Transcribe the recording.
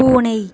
பூனை